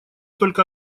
только